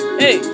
hey